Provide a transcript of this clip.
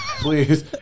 please